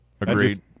Agreed